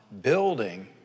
building